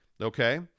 Okay